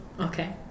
Okay